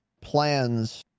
plans